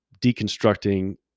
deconstructing